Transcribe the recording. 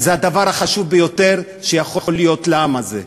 זה הדבר החשוב ביותר שיכול להיות לעם הזה,